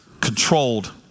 controlled